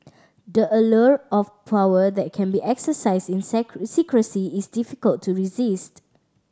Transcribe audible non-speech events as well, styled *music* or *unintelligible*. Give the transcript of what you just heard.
the allure of power that can be exercises in *unintelligible* secrecy is difficult to resisted